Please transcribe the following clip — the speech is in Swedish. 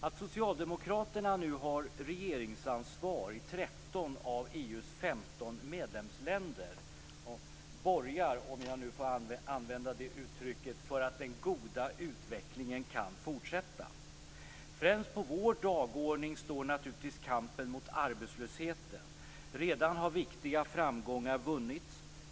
Att socialdemokraterna nu har regeringsansvar i 13 av EU:s 15 medlemsländer borgar för, om jag nu får använda det uttrycket, att den goda utvecklingen kan fortsätta. Främst på vår dagordning står naturligtvis kampen mot arbetslösheten. Redan har viktiga framgångar vunnits.